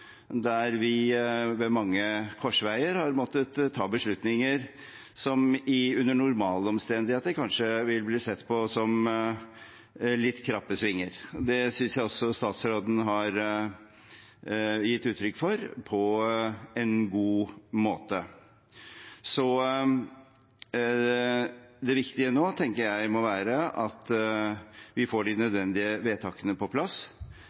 der vi ved mange korsveier har måttet ta beslutninger som under normale omstendigheter kanskje ville ha blitt sett på som litt krappe svinger. Det synes jeg også statsråden har gitt uttrykk for på en god måte. Det viktige nå, tenker jeg, må være at vi får de nødvendige vedtakene på plass,